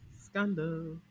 Scandal